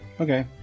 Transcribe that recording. Okay